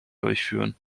durchführen